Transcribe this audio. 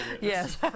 Yes